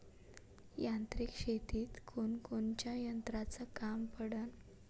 यांत्रिक शेतीत कोनकोनच्या यंत्राचं काम पडन?